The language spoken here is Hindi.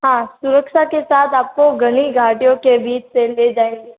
हाँ सुरक्षा के साथ आपको घनी झाड़ियों के बीच से ले जाएंगे